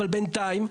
אבל בינתיים,